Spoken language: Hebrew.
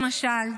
למשל.